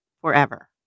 forever